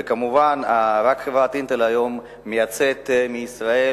וכמובן, חברת "אינטל" היום לבד מייצאת מישראל